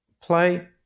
play